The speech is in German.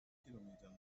kilometern